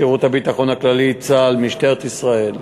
שירות הביטחון כללי, צה"ל ומשטרת ישראל.